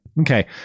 Okay